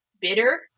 bitter